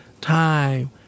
time